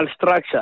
structure